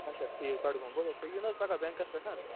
اَچھا ٹھیٖک بڈگوم گوٚو تُہۍ یِیِو نا حظ پَگاہ بٮ۪نٛکس پٮ۪ٹھ